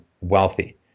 wealthy